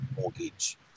mortgage